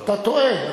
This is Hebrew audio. אתה טועה.